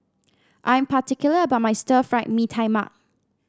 I am particular about my Stir Fried Mee Tai Mak